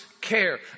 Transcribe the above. care